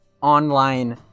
online